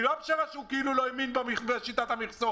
זה לא בגלל שהוא כאילו לא האמין בשיטת המכסות.